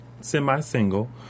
semi-single